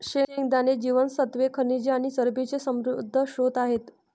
शेंगदाणे जीवनसत्त्वे, खनिजे आणि चरबीचे समृद्ध स्त्रोत आहेत